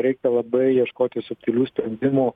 reikia labai ieškoti subtilių sprendimų